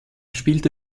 spielte